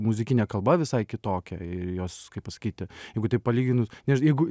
muzikinė kalba visai kitokia jos kaip pasakyti jeigu taip palyginus nes jeigu